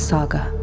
Saga